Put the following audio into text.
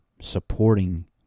supporting